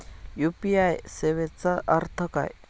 UPI सेवेचा अर्थ काय?